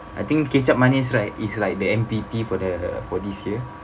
I think kicap manis right is like the M_V_P for the for this year